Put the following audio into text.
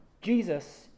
Jesus